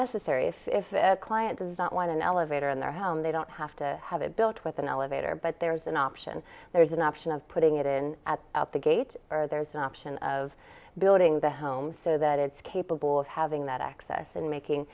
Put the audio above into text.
necessary if if a client does not want an elevator in their home they don't have to have it built with an elevator but there's an option there's an option of putting it in at the gate or there's an option of building the home so that it's capable of having that access and making